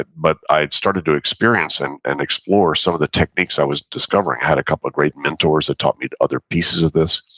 but i started to experience and and explore some of the techniques i was discovering. i had a couple of great mentors that taught me the other pieces of this.